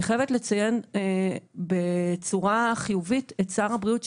אני חייבת לציין בצורה חיובית את שר הבריאות,